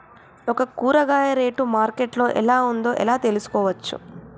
ఒక కూరగాయ rate market లో ఎలా ఉందో ఎలా తెలుసుకోవచ్చు?